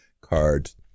cards